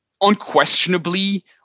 unquestionably